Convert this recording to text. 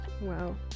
Wow